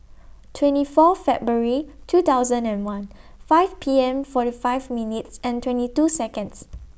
twenty four February two thousand and one five P M forty five minutes and twenty two Seconds